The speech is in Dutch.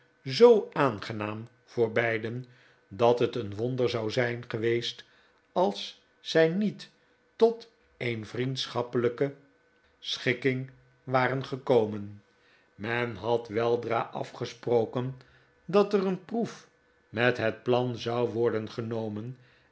zoo aangenaam voor beiden dat het een wonder zou zijn geweest als zij niet tot een vriendschappe schikking waren gekomen men had weldra afgesproken dat er een proef met het plan zou worden genomen